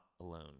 alone